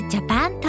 Japan